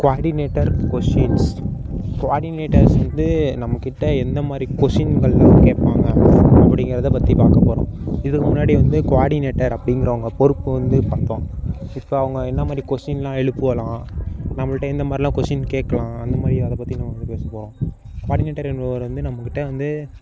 coordinator questions coordinators வந்து நம்மகிட்ட எந்த மாதிரி கொஷின்கள்லாம் கேட்பாங்க அப்படிங்கிறத பற்றி பார்க்க போகிறோம் இதுக்கு முன்னாடி வந்து கோஆர்டினேட்டர் அப்படிங்கிறவுங்க பொறுப்பு வந்து பார்த்தோம் இப்போ அவங்க என்ன மாதிரி கொஷின்லாம் எழுப்புலாம் நம்மகிட்ட எந்த மாதிரிலாம் கொஷின் கேட்கலாம் அந்த மாதிரி அதை பற்றி நம்ம வந்து பேசுவோம் கோஆர்டினேட்டர் என்பவர் வந்து நம்மகிட்ட வந்து